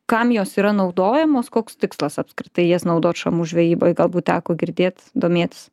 kam jos yra naudojamos koks tikslas apskritai jas naudot šamų žvejybai galbūt teko girdėt domėtis